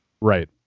Right